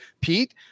pete